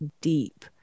deep